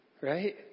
right